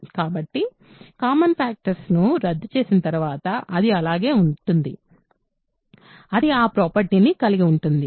కాబట్టి కామన్ ఫ్యాక్టర్స్ను రద్దు చేసిన తర్వాత అది అలాగే ఉంటుంది అది ఆ ప్రాపర్టీ ను కలిగి ఉంటుంది